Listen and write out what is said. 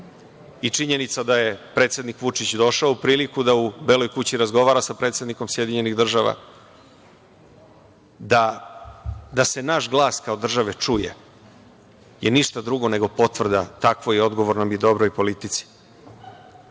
pristup. Činjenica da je predsednik Vučić došao u priliku da u Beloj kući razgovara sa predsednikom SAD, da se naš glas kao države čuje, je ništa drugo nego potvrda takvoj odgovornoj i dobroj politici.